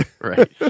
Right